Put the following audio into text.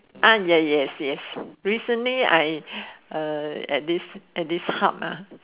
ah yes yes yes recently I uh at this at this hub